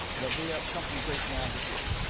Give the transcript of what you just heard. that they come from great navigators.